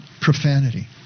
profanity